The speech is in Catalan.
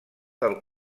del